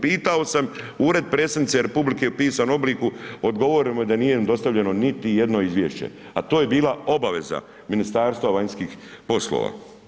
Pitao sam Ured predsjednice Republike u pisanom obliku, odgovoreno mi je da nije dostavljeno niti jedno izvješće, a to je bila obaveza Ministarstva vanjskih poslova.